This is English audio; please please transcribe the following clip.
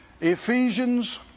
Ephesians